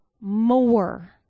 more